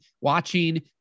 watching